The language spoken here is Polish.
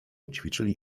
ćwiczyli